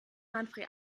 manfred